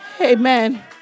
Amen